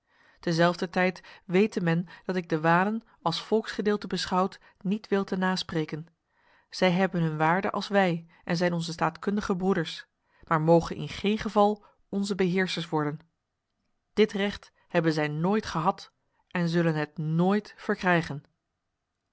terzelfder tijd wete men dat ik de walen als volksgedeelte beschouwd niet wil te na spreken zij hebben hun waarde als wij en zijn onze staatkundige broeders maar mogen in geen geval onze beheersers worden dit recht hebben zij nooit gehad en zullen het nooit verkrijgen